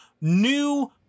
new